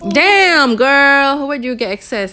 damn girl where do you get access